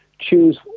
choose